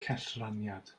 cellraniad